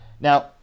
now